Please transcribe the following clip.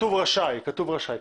כתוב "רשאי".